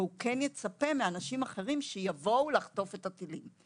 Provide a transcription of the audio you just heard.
והוא כן יצפה מאנשים אחרים שיבואו לחטוף את הטילים.